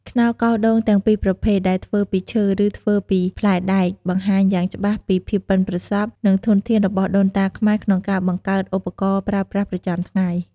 ខ្នោសកោសដូងទាំងពីរប្រភេទ ដែលធ្វើពីឈើ ឬធ្វើពីផ្លែដែក បង្ហាញយ៉ាងច្បាស់ពីភាពប៉ិនប្រសប់ និងធនធានរបស់ដូនតាខ្មែរក្នុងការបង្កើតឧបករណ៍ប្រើប្រាស់ប្រចាំថ្ងៃ។